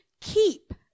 keep